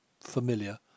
familiar